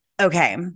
Okay